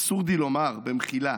אבסורדי לומר, במחילה,